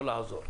לא כדי לעזור,